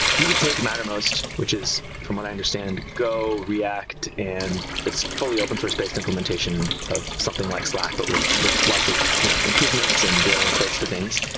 you could take mattermost, which is from what i understand, go, react and it's fully open source based implementation of something like slack, but with with lots of you know improvements and their own approach to things,